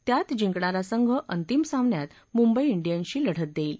त्यात जिंकणारा संघ अंतिम सामन्यात मुंबई ांडियनशी लढत देईल